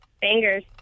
Fingers